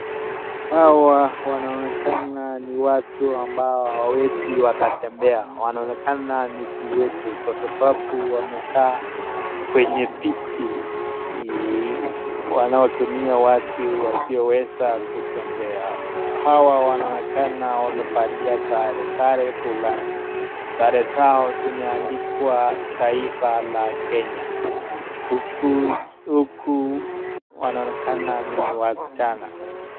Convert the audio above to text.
Hawa wanaonekana ni watu ambao hawawezi wakatembea wanaonekana ni viwete kwa sababu wamekaa kwenye viti wanaotumia watu wasioweza kutembea. Hawa wanaonekana wamevalia sare, sare fulani sare zao zimeandikwa taifa la kenya huku wanaonekana ni wasichana.